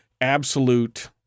absolute